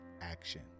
action